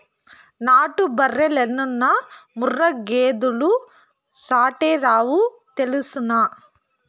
నాటు బర్రెలెన్నున్నా ముర్రా గేదెలు సాటేరావు తెల్సునా